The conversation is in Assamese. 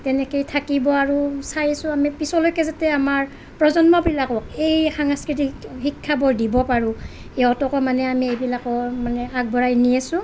তেনেকেই থাকিব আৰু চাইছোঁ আমি পিছলৈকে যাতে আমাৰ প্ৰজন্মবিলাকক এই সাংস্কৃতিক শিক্ষাবোৰ দিব পাৰোঁ সিহঁতকো মানে আমি এইবিলাকৰ মানে আগবঢ়াই নি আছোঁ